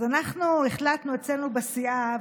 אז אנחנו החלטנו אצלנו בסיעה,